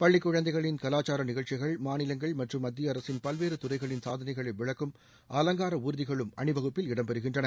பள்ளிக் குழந்தைகளின் கலாச்சார நிகழ்ச்சிகள் மாநிலங்கள் மற்றும் மத்திய அரசின் பல்வேறு துறைகளின் சாதனைகளை விளக்கும் அலங்கார ஊர்திகளும் அணிவகுப்பில் இடம்பெறுகின்றன